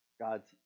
God's